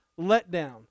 letdown